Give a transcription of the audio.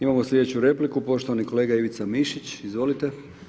Imamo slijedeću repliku poštovani kolega Ivica Mišić, izvolite.